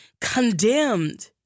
condemned